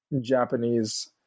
Japanese